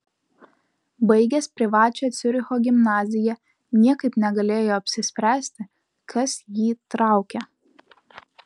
baigęs privačią ciuricho gimnaziją niekaip negalėjo apsispręsti kas jį traukia